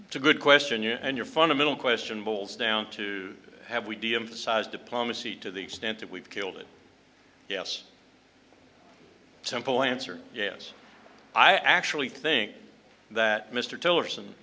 know good question you and your fundamental question boils down to have we deemphasized diplomacy to the extent that we've killed it yes simple answer yes i actually think that mr tillers